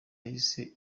yahise